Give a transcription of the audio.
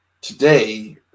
today